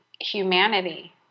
humanity